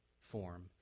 form